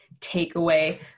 takeaway